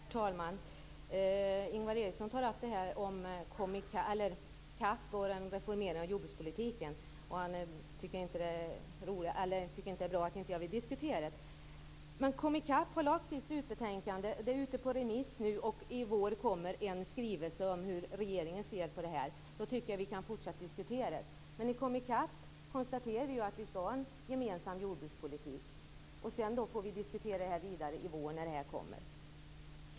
Herr talman! Ingvar Eriksson talar om KomiCAP och den reformerade jordbrukspolitiken och tycker att det inte är bra att jag inte vill föra den diskussionen. KomiCAP har lagt fram sitt slutbetänkande, vilket nu är ute på remiss. Till våren kommer det en skrivelse om hur regeringen ser på detta. Därför tycker jag att vi då kan fortsätta diskussionen. I KomiCAP konstateras det ju att vi skall ha en gemensam jordbrukspolitik. Sedan får vi, som sagt, diskutera detta vidare till våren när skrivelsen kommer.